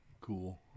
cool